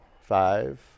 Five